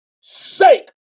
Shake